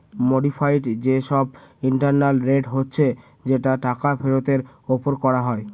modified যে সব internal rate হচ্ছে যেটা টাকা ফেরতের ওপর করা হয়